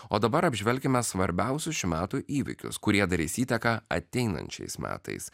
o dabar apžvelkime svarbiausius šių metų įvykius kurie darys įtaką ateinančiais metais